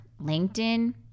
LinkedIn